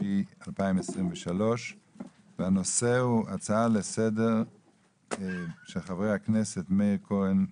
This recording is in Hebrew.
12.7.2023 והנושא הוא הצעה לסדר של חברי הכנסת מאיר כהן,